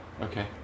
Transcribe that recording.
okay